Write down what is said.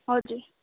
हजुर